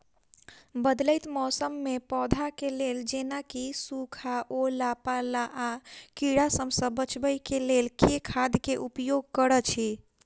बदलैत मौसम मे पौधा केँ लेल जेना की सुखा, ओला पाला, आ कीड़ा सबसँ बचबई केँ लेल केँ खाद केँ उपयोग करऽ छी?